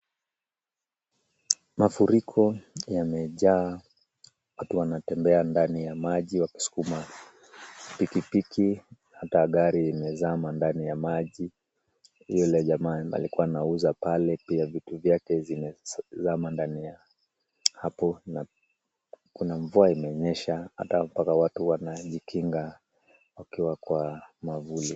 Mafuriko yamejaa, watu wanatembea ndani ya maji, wakisukuma pikipiki hata gari imezama ndani ya maji, Yule jamaa alikua anauza pale pia vitu vyake zimezama ndani ya hapo na kuna mvua imenyesha hata mpaka watu wanajikinga wakiwa kwa mwavuli.